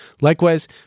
Likewise